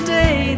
day